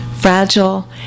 fragile